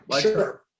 Sure